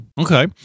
Okay